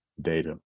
data